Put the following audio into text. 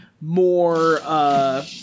More